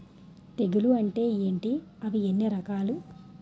తెగులు అంటే ఏంటి అవి ఎన్ని రకాలు?